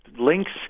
links